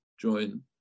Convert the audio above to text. join